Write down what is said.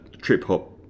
trip-hop